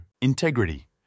Integrity